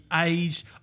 aged